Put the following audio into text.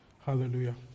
hallelujah